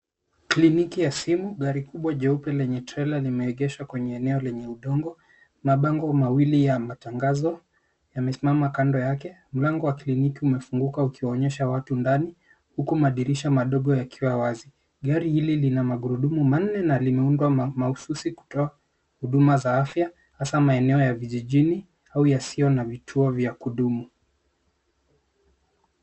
Kliniki ya simu gari kubwa jeupe lenye trela limeegeshwa kwenye eneo lenye udongo mabango mawili ya matangazo yamesimama kando yake. Mlango wa kliniki umefunguka ukionyesha watu ndani huku madirisha madogo yakiwa wazi. Gari hili lina magurudumu manne na limeundwa na ofisi kutoa huduma za afya hasa maeneo ya vijijini au yasiyo na vituo vya kudumu.